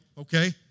okay